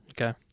okay